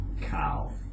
cow